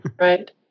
Right